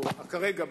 או כרגע,